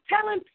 telling